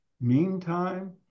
Meantime